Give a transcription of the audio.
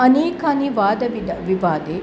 अनेकानि वादविध विवादे